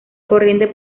corriente